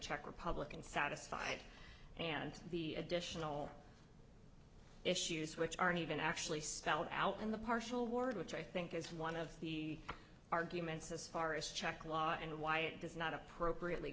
czech republic and satisfied and the additional issues which aren't even actually started out in the partial ward which i think is one of the arguments as far as check law and why it does not appropriately